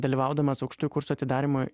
dalyvaudamas aukštųjų kursų atidarymo